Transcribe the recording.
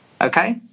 Okay